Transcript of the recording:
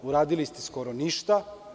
Uradili ste skoro ništa.